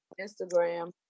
Instagram